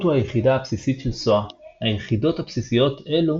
הוא היחידה הבסיסית של SOA. היחידות הבסיסיות אלו